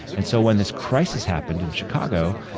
and so when this crisis happened in chicago,